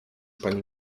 pani